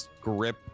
grip